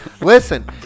Listen